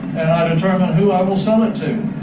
and i determine who i will sell it to.